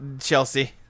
Chelsea